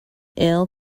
ill